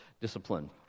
discipline